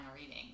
reading